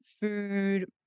food